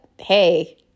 hey